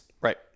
Right